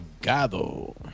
Gado